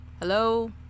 Hello